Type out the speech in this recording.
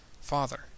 father